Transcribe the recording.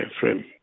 frame